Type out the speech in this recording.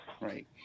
Right